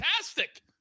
fantastic